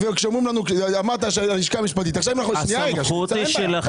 אמרת שהלשכה המשפטית --- הסמכות היא שלכם.